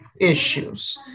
issues